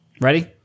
Ready